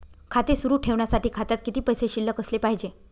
खाते सुरु ठेवण्यासाठी खात्यात किती पैसे शिल्लक असले पाहिजे?